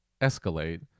escalate